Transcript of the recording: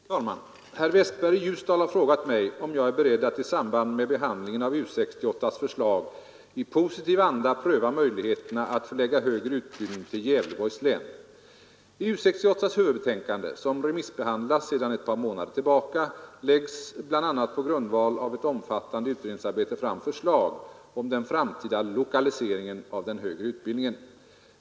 Fru talman! Herr Westberg i Ljusdal har frågat mig om jag är beredd att i samband med behandlingen av U 68s förslag i positiv anda pröva möjligheterna att förlägga högre utbildning till Gävleborgs län. I U68:s huvudbetänkande, som remissbehandlas sedan ett par månader tillbaka, läggs bl.a. på grundval av ett omfattande utredningsarbete fram förslag om den framtida lokaliseringen av den högre utbildningen.